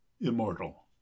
immortal